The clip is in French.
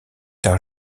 tard